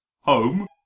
home